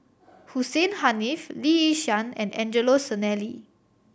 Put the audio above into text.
Hussein Haniff Lee Yi Shyan and Angelo Sanelli